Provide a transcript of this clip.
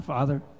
Father